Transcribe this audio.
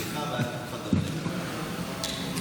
אני קובע כי הצעת החוק לתיקון פקודת מס הכנסה עברה,